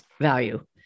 value